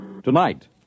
Tonight